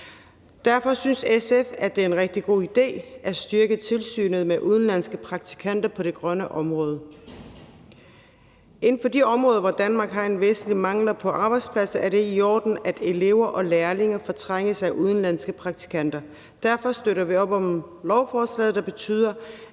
Derfor synes SF, at det er en rigtig god idé at styrke tilsynet med udenlandske praktikanter på det grønne område. Inden for de områder, hvor Danmark har en væsentlig mangel på arbejdspladser, er det i orden, at danske elever og lærlinge fortrænges af udenlandske praktikanter. Derfor støtter vi op om lovforslaget, der betyder,